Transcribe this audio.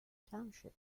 township